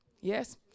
yes